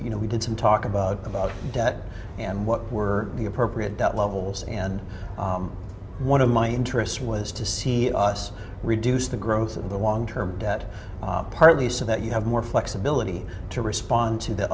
you know we did some talk about about debt and what were the appropriate debt levels and one of my interest was to see us reduce the growth of the long term debt partly so that you have more flexibility to respond to the